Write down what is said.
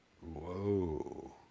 Whoa